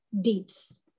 deeds